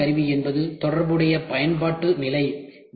முன்மாதிரி கருவி என்பது தொடர்புடைய பயன்பாட்டு நிலை